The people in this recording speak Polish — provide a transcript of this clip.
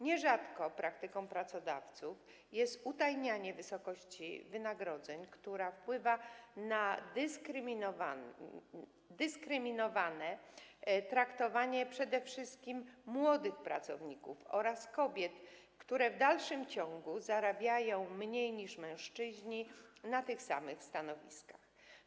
Nierzadko praktyką pracodawców jest utajnianie wysokości wynagrodzeń, która wpływa na dyskryminacyjne traktowanie przede wszystkim młodych pracowników oraz kobiet, które w dalszym ciągu zarabiają mniej niż mężczyźni na tych samych stanowiskach.